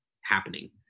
happening